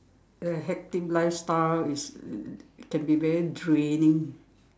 the hectic lifestyle is can be very draining